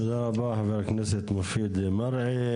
תודה רבה חבר הכנסת מופיד מרעי.